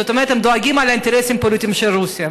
כלומר הם דואגים לאינטרסים הפוליטיים של רוסיה,